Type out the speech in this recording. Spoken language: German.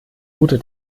route